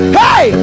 hey